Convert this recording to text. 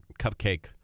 cupcake